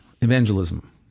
evangelism